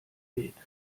geht